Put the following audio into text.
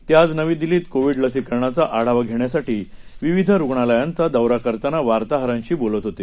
तेआजनवीदिल्लीतकोविडलसीकरणाचाआढावाघेण्यासाठीविविधरुग्णालयांचादौराकरतानावार्ताहरांशीबोलतहोते